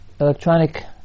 electronic